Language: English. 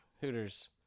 Hooters